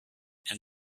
and